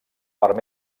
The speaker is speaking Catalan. part